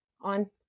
on